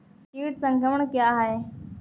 कीट संक्रमण क्या है?